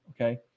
okay